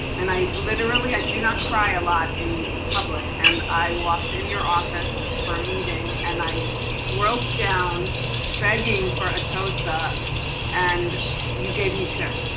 and i literally, i do not cry a lot in public. and i walked in your office for a meeting and i broke down begging for a tosa and you gave me two.